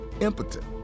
impotent